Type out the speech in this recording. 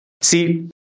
See